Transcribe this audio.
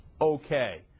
okay